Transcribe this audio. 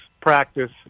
practice